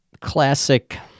classic